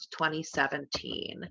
2017